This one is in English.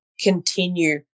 continue